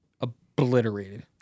obliterated